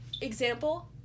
Example